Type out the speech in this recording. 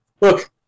look